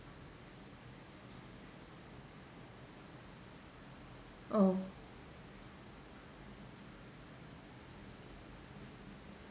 oh